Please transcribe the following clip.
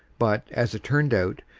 but, as it turned out,